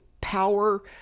power